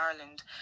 ireland